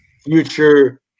future